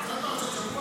--- פרשת שבוע?